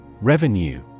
Revenue